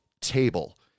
table